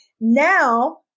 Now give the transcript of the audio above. Now